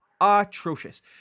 Atrocious